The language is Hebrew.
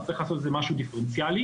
צריך לעשות משהו דיפרנציאלי.